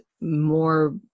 more